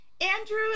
Andrew